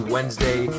Wednesday